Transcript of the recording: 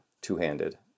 two-handed